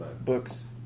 Books